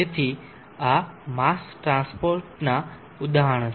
તેથી આ mass transport નાં ઉદાહરણો છે